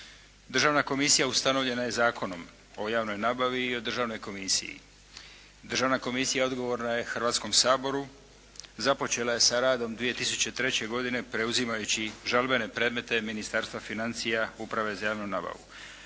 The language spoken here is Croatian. Državna komisija ustanovljena je Zakonom o javnoj nabavi i o državnoj komisiji. Državna komisija odgovorna je Hrvatskom saboru. Započela je sa radom 2003. godine preuzimajući žalbene predmete Ministarstva financija, Uprave za javnu nabavu.